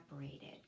separated